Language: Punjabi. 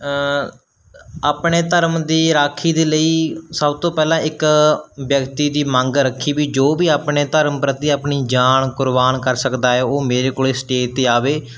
ਆਪਣੇ ਧਰਮ ਦੀ ਰਾਖੀ ਦੇ ਲਈ ਸਭ ਤੋਂ ਪਹਿਲਾਂ ਇੱਕ ਵਿਅਕਤੀ ਦੀ ਮੰਗ ਰੱਖੀ ਵੀ ਜੋ ਵੀ ਆਪਣੇ ਧਰਮ ਪ੍ਰਤੀ ਆਪਣੀ ਜਾਨ ਕੁਰਬਾਨ ਕਰ ਸਕਦਾ ਹੈ ਉਹ ਮੇਰੇ ਕੋਲ ਸਟੇਜ 'ਤੇ ਆਵੇ